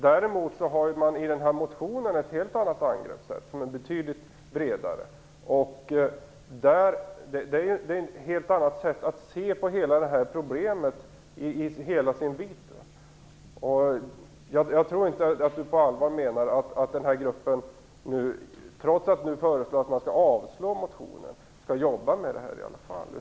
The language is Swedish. Däremot har man i motionen ett helt annat, betydligt bredare angreppssätt. Det är ett helt annat sätt att se på problemet, i hela dess vidd. Jag tror inte att Kurt Ove Johansson på allvar menar att den här gruppen skall jobba med detta, trots att han föreslår att motionen skall avslås.